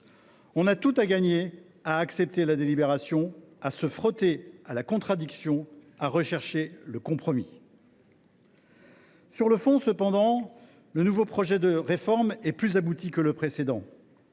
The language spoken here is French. avons tout à gagner à accepter la délibération, à se frotter à la contradiction, à rechercher le compromis. Sur le fond, cependant, le nouveau projet de réforme est plus abouti que le précédent